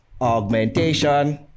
augmentation